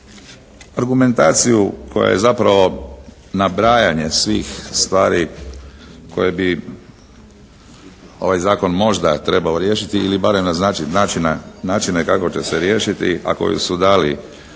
Argumentaciju koja je zapravo nabrajanje svih stvari koje bi ovaj zakon možda trebao riješiti ili barem naznačiti načine kako će se riješiti, a koje su dali